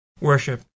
worship